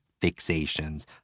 fixations